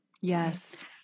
Yes